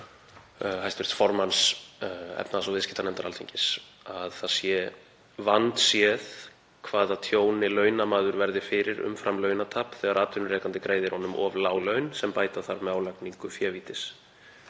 hæstv. formanns efnahags- og viðskiptanefndar Alþingis, að það sé vandséð hvaða tjóni launamaður verður fyrir umfram launatap þegar atvinnurekandi greiðir honum of lág laun sem bæta þarf með álagningu févítis.